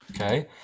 Okay